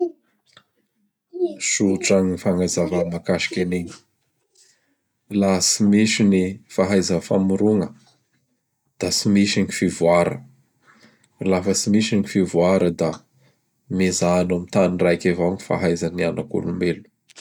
Sotra gn ny fagnazava mahakaisky anigny. Laha tsy misy ny fahaiza famorogna; da tsy misy gny fivoara. Laha fa tsy misy gny fivoara; da mijano am tany raiky avao gny fahaizan' ny anak'olombelo.